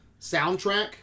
soundtrack